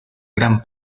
gran